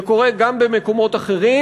זה קורה גם במקומות אחרים,